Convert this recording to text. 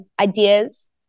ideas